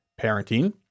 parenting